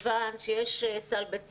יש סל בית ספרי,